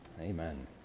amen